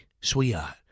sweetheart